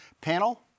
Panel